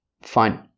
Fine